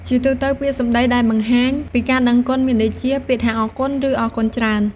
ជាទូទៅពាក្យសម្ដីដែលបង្ហាញពីការដឹងគុណមានដូចជា ពាក្យថាអរគុណ ឬអរគុណច្រើន។។